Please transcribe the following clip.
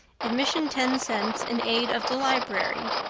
admission ten cents, in aid of the library.